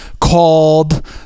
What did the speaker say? called